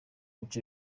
bice